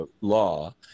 law